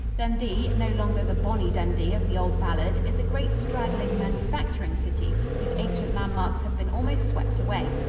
dundee, no longer the bonnie dundee of the old ballad, is a great straggling manufacturing city, whose ancient landmarks have been almost swept away.